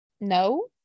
No